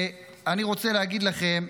אני רוצה להגיד לכם,